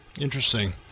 interesting